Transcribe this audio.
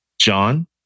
John